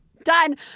done